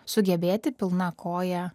sugebėti pilna koja